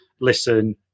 listen